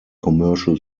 commercial